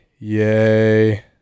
Yay